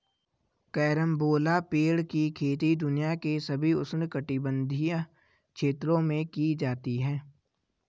carambola पेड़ की खेती दुनिया के सभी उष्णकटिबंधीय क्षेत्रों में की जाती है